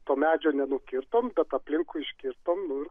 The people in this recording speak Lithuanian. to medžio nenukirtom bet aplinkui iškirtom nu ir